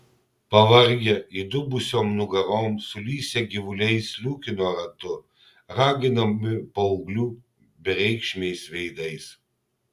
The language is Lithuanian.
pavargę įdubusiom nugarom sulysę gyvuliai sliūkino ratu raginami paauglių bereikšmiais veidais